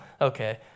okay